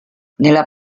nella